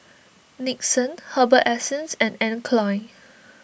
Nixon Herbal Essences and Anne Klein